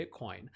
Bitcoin